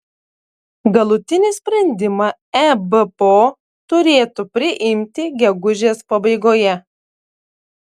galutinį sprendimą ebpo turėtų priimti gegužės pabaigoje